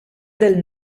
del